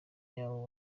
yawo